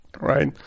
right